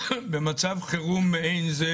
במצב חירום מעין זה